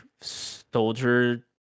soldier